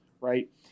Right